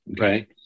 Okay